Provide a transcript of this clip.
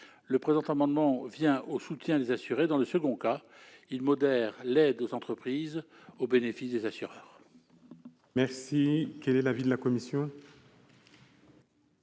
le présent amendement vient au soutien des assurés ; dans le second, il modère l'aide aux entreprises au bénéfice des assureurs.